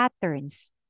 patterns